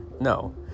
No